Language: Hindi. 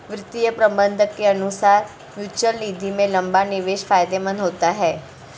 वित्तीय प्रबंधक के अनुसार म्यूचअल निधि में लंबा निवेश फायदेमंद होता है